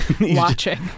watching